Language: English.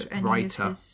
writer